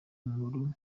nkuru